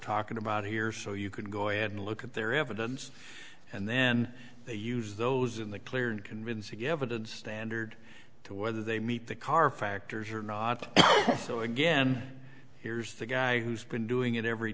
talking about here so you can go ahead and look at their evidence and then they use those in the clear and convincing evidence standard to whether they meet the car factors or not so again here's the guy who's been doing it every